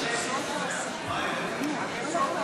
נא לשבת,